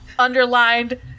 underlined